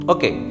Okay